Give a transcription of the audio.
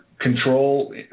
control